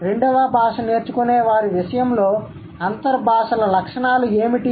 రెండవ భాష నేర్చుకునేవారి విషయంలో అంతర్ భాషల లక్షణాలు ఏమిటి